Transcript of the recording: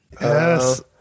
Yes